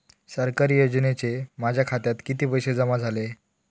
सरकारी योजनेचे माझ्या खात्यात किती पैसे जमा झाले?